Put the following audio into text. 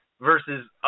versus